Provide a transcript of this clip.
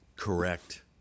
correct